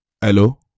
hello